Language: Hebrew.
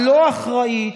הלא-אחראית,